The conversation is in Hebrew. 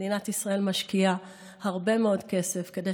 מדינת ישראל משקיעה הרבה מאוד כסף כדי